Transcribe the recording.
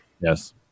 yes